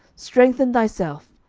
strengthen thyself,